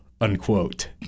unquote